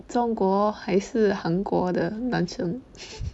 中国还是韩国的男生